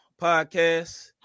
podcast